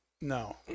No